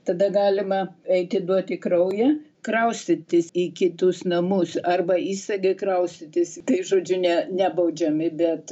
tada galima eiti duoti kraują kraustytis į kitus namus arba įstaigai kraustytis tai žodžiu ne nebaudžiami bet